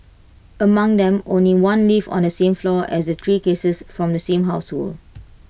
among them only one lived on the same floor as the three cases from the same household